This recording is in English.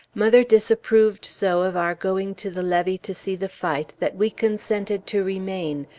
mother disapproved so of our going to the levee to see the fight, that we consented to remain,